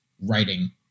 writing